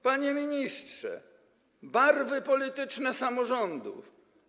Panie ministrze, barwy polityczne samorządów.